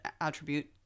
attribute